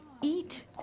eat